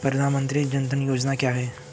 प्रधानमंत्री जन धन योजना क्या है?